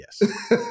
Yes